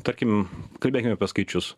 tarkim kalbėkim apie skaičius